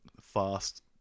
fast